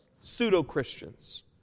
Pseudo-Christians